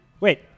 wait